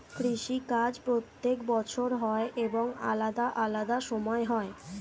কৃষি কাজ প্রত্যেক বছর হয় এবং আলাদা আলাদা সময় হয়